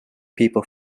people